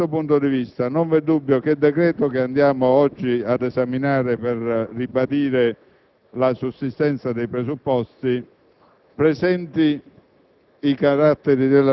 Da questo punto di vista, dunque, non v'è dubbio che il decreto che andiamo oggi ad esaminare, per ribadire la sussistenza dei presupposti, presenti